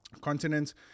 continents